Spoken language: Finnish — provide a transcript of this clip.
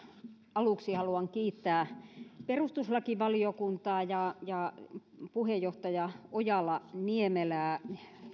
aluksi haluan kiittää perustuslakivaliokuntaa ja ja puheenjohtaja ojala niemelää